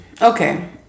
Okay